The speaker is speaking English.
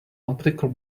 optical